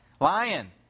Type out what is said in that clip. Lion